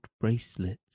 bracelets